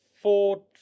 four